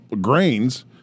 grains